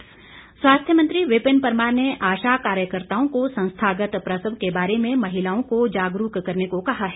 परमार स्वास्थ्य मंत्री विपिन परमार ने आशा कार्यकर्ताओं को संस्थागत प्रसव के बारे में महिलाओं को जागरूक करने को कहा है